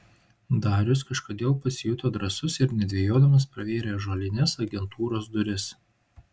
darius kažkodėl pasijuto drąsus ir nedvejodamas pravėrė ąžuolines agentūros duris